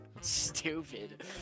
stupid